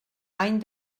any